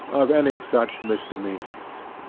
of any such misdemeanours.